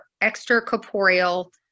extracorporeal